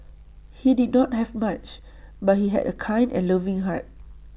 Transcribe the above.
he did not have much but he had A kind and loving heart